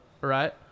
right